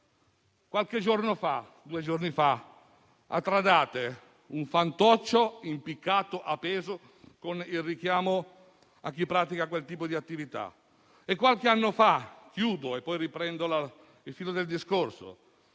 Due giorni fa, a Tradate, c'era un fantoccio impiccato con il richiamo a chi pratica quel tipo di attività. Qualche anno fa - chiudo e poi riprendo il filo del discorso